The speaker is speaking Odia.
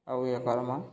ଆଉ ଏଇ କର୍ମା